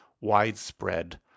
widespread